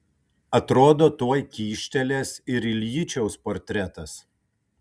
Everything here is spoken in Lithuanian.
atrodo tuoj kyštelės ir iljičiaus portretas